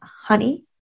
Honey